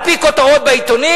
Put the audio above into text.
על-פי כותרות בעיתונים?